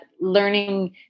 learning